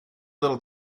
little